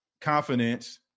confidence